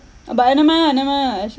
but uh nevermind lah nevermind lah ash~